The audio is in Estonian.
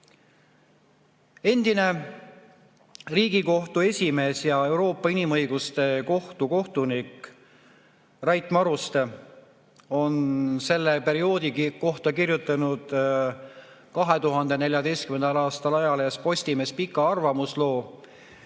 siis? Endine Riigikohtu esimees ja Euroopa Inimõiguste Kohtu kohtunik Rait Maruste on selle perioodi kohta kirjutanud 2014. aastal ajalehes Postimees pika arvamusloo